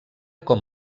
com